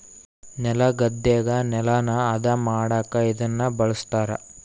ನೆಲಗದ್ದೆಗ ನೆಲನ ಹದ ಮಾಡಕ ಇದನ್ನ ಬಳಸ್ತಾರ